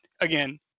again